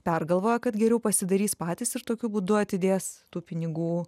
pergalvojo kad geriau pasidarys patys ir tokiu būdu atidės tų pinigų